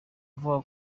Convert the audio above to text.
avuga